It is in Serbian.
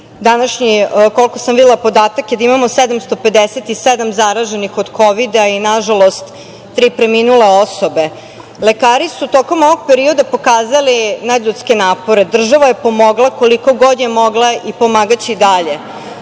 u Srbiji. Koliko sam videla, danas imamo 757 zaraženih od kovida i, nažalost, tri preminule osobe. Lekari su tokom ovog perioda pokazali nadljudske napore. Država je pomogla koliko god je mogla i pomagaće i dalje,